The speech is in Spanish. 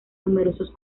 numerosos